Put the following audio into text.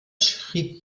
schrieb